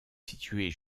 située